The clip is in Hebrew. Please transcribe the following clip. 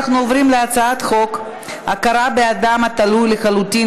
אנחנו עוברים להצעת חוק הכרה באדם התלוי לחלוטין